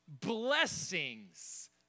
blessings